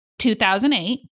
2008